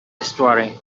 estuary